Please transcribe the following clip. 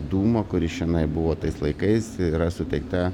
dūmo kuris čionai buvo tais laikais yra suteikta